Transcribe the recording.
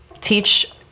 teach